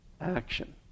action